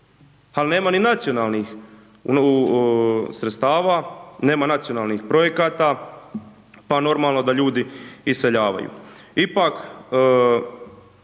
Pa nema ni nacionalnih sredstava, nema nacionalnih projekata pa normalno da ljudi iseljavaju.